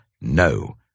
No